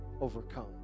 overcome